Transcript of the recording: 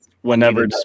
Whenever